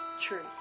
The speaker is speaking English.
truth